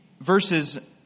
verses